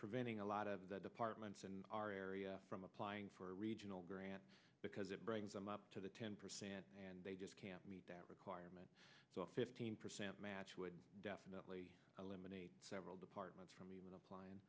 preventing a lot of the departments and our area from applying for a regional grant because it brings them up to the ten percent and they just can't meet that requirement so a fifteen percent match would definitely eliminate several departments from even apply